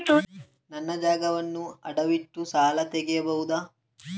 ನನ್ನ ಜಾಗವನ್ನು ಅಡವಿಟ್ಟು ಸಾಲ ತೆಗೆಯಬಹುದ?